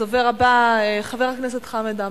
הדובר הבא, חבר הכנסת חמד עמאר.